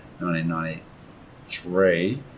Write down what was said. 1993